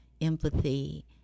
empathy